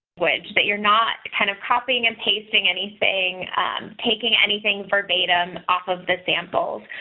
language that you're not kind of copying and pasting anything taking anything for batum off of the samples.